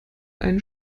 einen